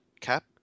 cap